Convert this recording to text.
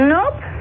Nope